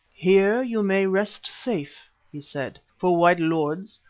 here you may rest safe, he said, for, white lords,